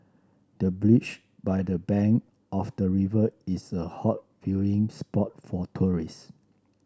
the bench by the bank of the river is a hot viewing spot for tourists